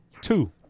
two